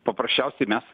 paprasčiausiai mes